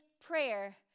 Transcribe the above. prayer